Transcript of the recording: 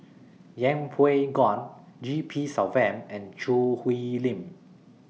Yeng Pway G P Selvam and Choo Hwee Lim